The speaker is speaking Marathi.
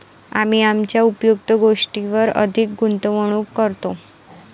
आम्ही आमच्या उपयुक्त गोष्टींवर अधिक गुंतवणूक करतो